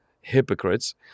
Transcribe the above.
hypocrites